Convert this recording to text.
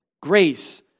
grace